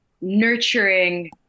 nurturing